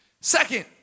Second